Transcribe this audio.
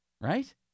Right